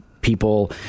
People